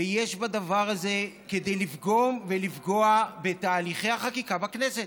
ויש בדבר הזה כדי לפגום ולפגוע בתהליכי החקיקה בכנסת.